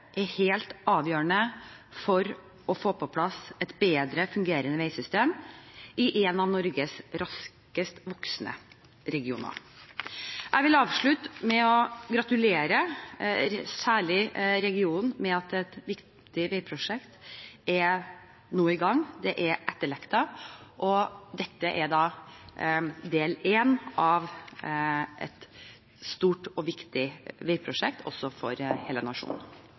er helt avgjørende for å få på plass et bedre fungerende veisystem i en av Norges raskest voksende regioner. Jeg vil avslutte med å gratulere, særlig regionen, med at et viktig veiprosjekt nå er i gang. Det er etterlengtet, og dette er del én av et stort og viktig veiprosjekt – også for hele nasjonen.